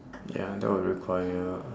ya that would require